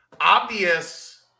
obvious